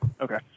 Okay